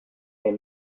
est